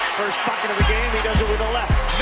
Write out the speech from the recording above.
first bucket of the game. he does it with a left.